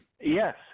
Yes